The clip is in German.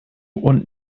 und